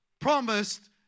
promised